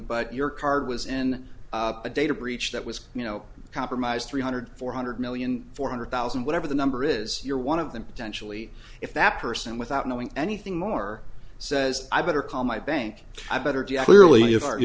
but your card was in a data breach that was you know compromised three hundred four hundred million four hundred thousand whatever the number is you're one of them potentially if that person without knowing anything more says i better call my bank i better